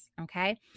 Okay